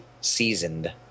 seasoned